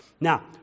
Now